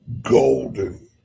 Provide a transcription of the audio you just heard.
golden